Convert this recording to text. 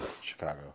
Chicago